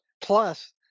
plus